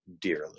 dearly